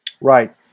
Right